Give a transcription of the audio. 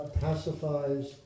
pacifies